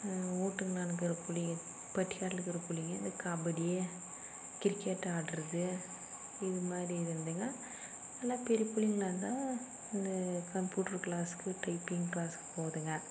வீட்டு நான்கிற புள்ளைங்க பட்டிக்காட்லிக்கற புள்ளைங்க இந்த கபடி கிரிக்கெட் ஆடுறது இது மாதிரி இது இந்திங்க நல்லா பெரிய புள்ளைங்களா இருந்தால் இந்த கம்ப்பூட்டர் க்ளாஸ்க்கு டைப்பிங் க்ளாஸ்க்கு போகுதுங்க